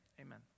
amen